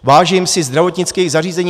Vážím si zdravotnických zařízení.